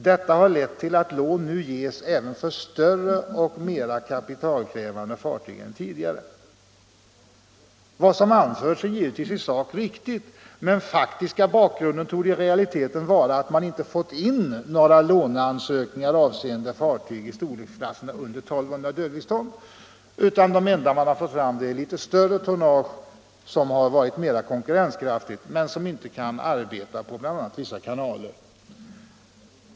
Detta har lett till att lån nu ges även för större och mera kapitalkrävande fartyg än tidigare.” Vad som anförts är givetvis i sak riktigt, men faktiska bakgrunden torde i realiteten vara, att man inte fått in några låneansökningar avseende fartyg i storleksklasserna under 1 200 dödviktston. Det enda man fått fram har varit litet större tonnage, som är mera konkurrenskraftigt, men som inte kan arbeta på bl.a. vissa kanaler.